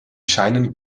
scheinen